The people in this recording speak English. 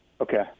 Okay